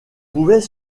pouvait